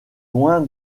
loin